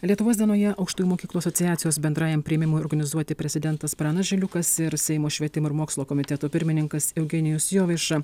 lietuvos dienoje aukštųjų mokyklų asociacijos bendrajam priėmimui organizuoti prezidentas pranas žiliukas ir seimo švietimo ir mokslo komiteto pirmininkas eugenijus jovaiša